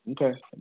Okay